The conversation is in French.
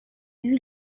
eut